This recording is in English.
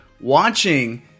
watching